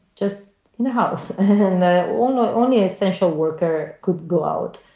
just in the house. and the only only essential worker could go out.